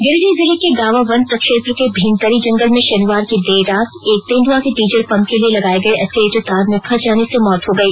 गिरिडीह जिले के गावां वन प्रक्षेत्र के भीमतरी जंगल में शनिवार की देर रात एक तेंदुआ के डीजल पंप के लिए लगाए गए एस्केलेटर तार में फंस जाने से मौत हो गई